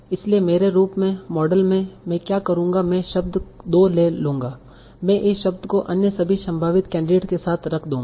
इसलिए मेरे रूप में मॉडल मैं क्या करूंगा मैं शब्द दो ले लूंगा मैं इस शब्द को अन्य सभी संभावित कैंडिडेट्स के साथ रख दूंगा